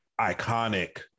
iconic